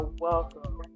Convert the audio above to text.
welcome